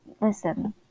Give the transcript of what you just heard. Listen